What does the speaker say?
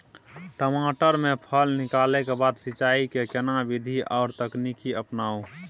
टमाटर में फल निकलला के बाद सिंचाई के केना विधी आर तकनीक अपनाऊ?